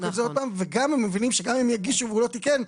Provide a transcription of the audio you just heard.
את זה שוב וגם הם מבינים שאם הם יגישו והוא לא תיקן,